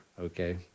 okay